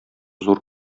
зур